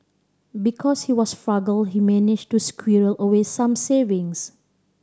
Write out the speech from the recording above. because he was frugal he managed to squirrel away some savings